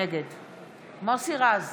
נגד מוסי רז,